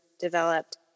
developed